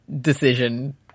decision